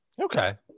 okay